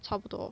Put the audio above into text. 差不多